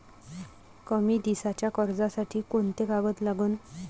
कमी दिसाच्या कर्जासाठी कोंते कागद लागन?